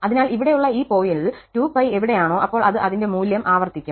അതിനാൽ ഇവിടെയുള്ള ഈ പോയിന്റിൽ 2π എവിടെ ആണോ അപ്പോൾ അത് അതിന്റെ മൂല്യം ആവർത്തിക്കും